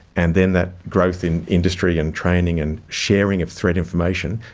and then that growth in industry and training and sharing of threat information,